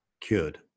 cured